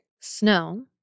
snow